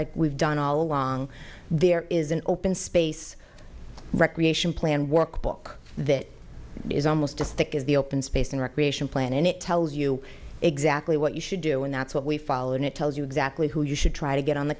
like we've done all along there is an open space recreation planned workbook that is almost just that is the open space and recreation plan and it tells you exactly what you should do and that's what we follow and it tells you exactly who you should try to get on the